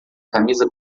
camisa